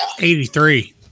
83